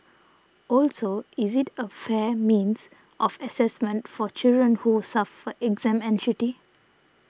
also is it a fair means of assessment for children who suffer exam anxiety